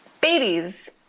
babies